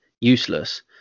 useless